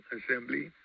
Assembly